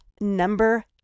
number